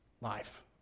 life